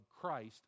Christ